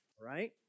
Right